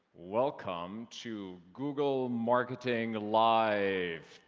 welcome to google marketing live,